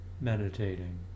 meditating